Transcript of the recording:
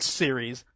series